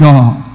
God